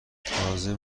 تازه